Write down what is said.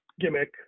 gimmick